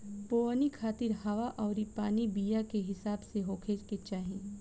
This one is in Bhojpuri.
बोवनी खातिर हवा अउरी पानी बीया के हिसाब से होखे के चाही